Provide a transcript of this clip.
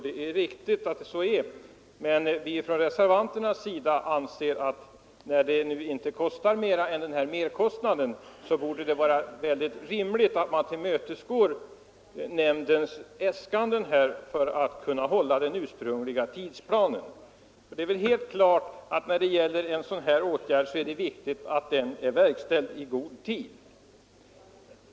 Det är riktigt, men vi reservanter anser att det, när merkostnaden nu inte är större, borde vara rimligt att tillmötesgå nämndens äskanden för att den ursprungliga tidsplanen skall kunna hållas. Det är helt klart att det är viktigt att en sådan här åtgärd verkställs i god tid.